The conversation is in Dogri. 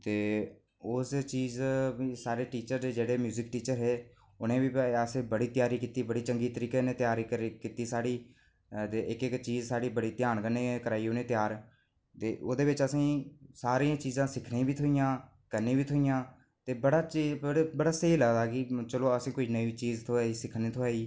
ते उस चीज जेह्के टीचर हे सारे टीचर उनें बी बड़ी चंगे तरीके नै तेआरी कीती साढ़ी ते इक इक चीज उने बड़े ध्यान कन्नै कराई साढ़ी ते ओह्दे बिच्च असेंगी सारियां चीजां सिक्खनें गी बी थ्होइयां करने गी बी त्होईयां ते बड़े शैल लगदा कि असेंगी बड़ा स्हेई सिक्खने गी थ्होई